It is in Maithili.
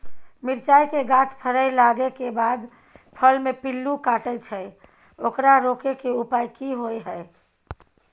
मिरचाय के गाछ फरय लागे के बाद फल में पिल्लू काटे छै ओकरा रोके के उपाय कि होय है?